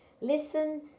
Listen